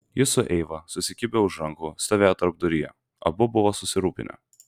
jis su eiva susikibę už rankų stovėjo tarpduryje abu buvo susirūpinę